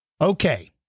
okay